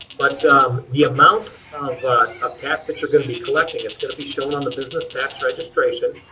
but um the amount of but of tax that you're going to be collecting, it's going to be shown on the business tax registration,